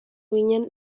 ginen